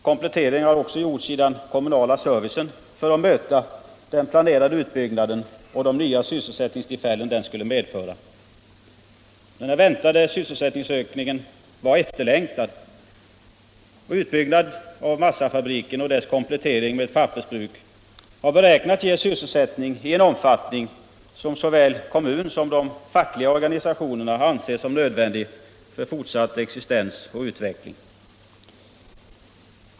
Komplettering har också gjorts i den kommunala servicen för att möta den planerade utbyggnaden och de nya sysselsättningstillfällen den skulle medföra. Den väntade sysselsättningsökningen har varit efterlängtad. Utbyggnad av massafabriken och dess komplettering med ett pappersbruk har beräknats ge sysselsättning i en omfattning som såväl kommunen som de fackliga organisationerna anser som nödvändig för fortsatt existens och utveckling.